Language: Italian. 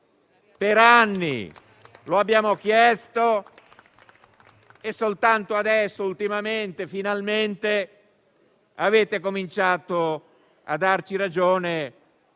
Per mesi lo abbiamo chiesto e soltanto nell'ultimo periodo, finalmente, avete cominciato a darci ragione,